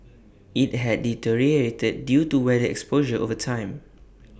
IT had deteriorated due to weather exposure over time